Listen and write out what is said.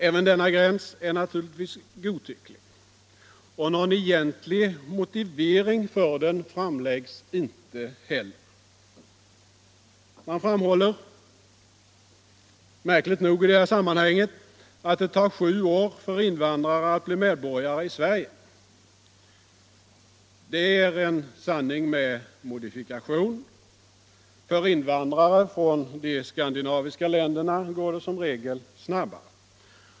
Även denna gräns är naturligtvis godtycklig, och någon egentlig motivering för den framläggs inte heller. Man framhåller, märkligt nog, att det tar sju år för invandrare att bli medborgare i Sverige. Det är en sanning med modifikation. För invandrare från de skandinaviska länderna går det som regel snabbare.